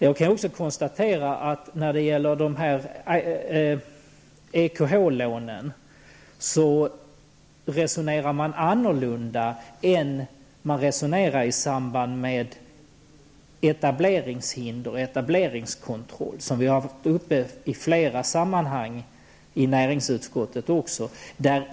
Jag kan också konstatera att man i fråga om EKH lånen resonerar annorlunda än man resonerar i fråga om etableringskontroll, som vi diskuterat i flera sammanhang i näringsutskottet.